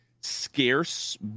scarce